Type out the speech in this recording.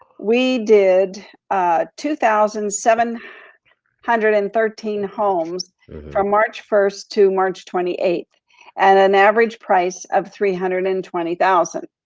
we did two thousand seven hundred and thirteen homes from march one to march twenty eight and an average price of three hundred and twenty thousand.